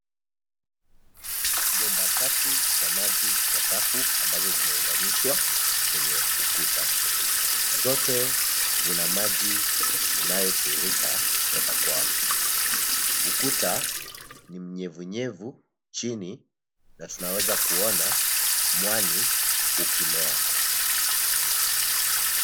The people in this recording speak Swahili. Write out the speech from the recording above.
Bomba tatu za maji kwa safu ambazo zimeunganishwa kwenye ukuta. Zote zina maji inayotiririka kutoka bwawa. Ukuta ni mnyevunyevu chini na tunaweza kuona mwani ukimea.